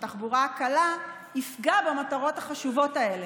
בתחבורה הקלה יפגע במטרות החשובות האלה.